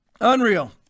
Unreal